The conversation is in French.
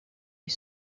est